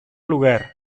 lugar